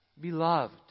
Beloved